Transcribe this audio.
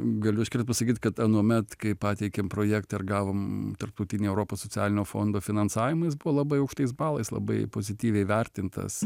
galiu iškart pasakyt kad anuomet kai pateikėm projektą ir gavom tarptautinį europos socialinio fondo finansavimą jis buvo labai aukštais balais labai pozityviai įvertintas